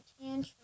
tantrum